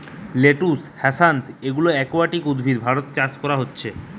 lettuce, হ্যাসান্থ ইত্যদি aquatic উদ্ভিদ ভারতে চাষ করা হতিছে